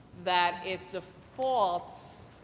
that it defaults